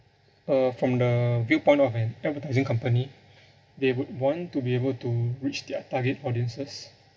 uh from the viewpoint of an advertising company they would want to be able to reach their target audiences